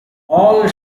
all